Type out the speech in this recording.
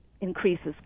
increases